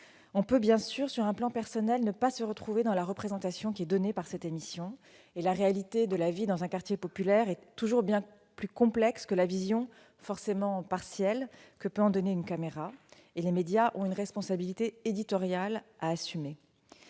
On peut, bien sûr, sur un plan personnel, ne pas se retrouver dans la représentation donnée par cette émission. La réalité de la vie dans un quartier populaire est toujours bien plus complexe que la vision, forcément partielle, que peut en donner une caméra. Les médias assument naturellement une responsabilité éditoriale.